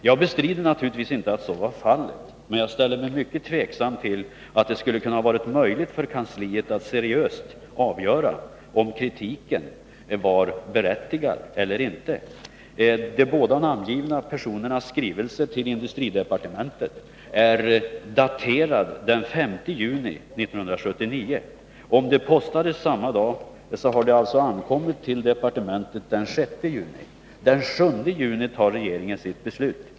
Jag bestrider naturligtvis inte att så var fallet, men ställer mig mycket tveksam till att det skulle ha kunnat vara möjligt för kansliet att seriöst avgöra om kritiken var berättigad eller ej. De båda namngivna personernas skrivelse till industridepartementet är daterad den 5 juni 1979. Om skrivelsen postades samma dag ankom den till departementet den 6 juni. Den 7 juni fattade regeringen sitt beslut.